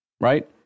right